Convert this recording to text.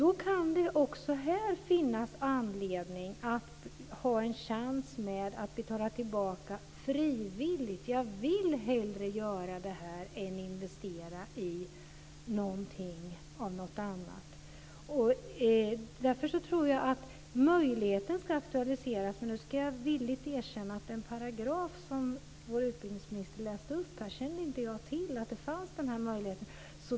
Då kan det här finnas anledning att ha en chans att betala tillbaka frivilligt. "Jag vill hellre göra detta än att investera i något annat." Jag tror att möjligheten ska aktualiseras. Jag ska villigt erkänna att jag inte kände till möjligheten som finns i den paragraf som utbildningsministern läste ur.